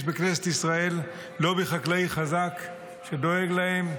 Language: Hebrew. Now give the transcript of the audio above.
בכנסת ישראל לובי חקלאי חזק שדואג להם,